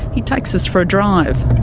he takes us for a drive.